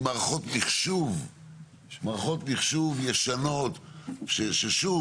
עם מערכות מחשוב ישנות ששוב,